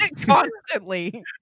constantly